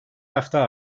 hafta